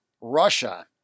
Russia